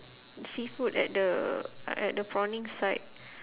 seafood at the at the prawning site